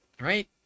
right